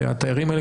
והתיירים האלה,